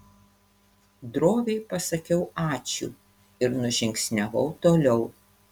droviai pasakiau ačiū ir nužingsniavau toliau